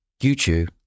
YouTube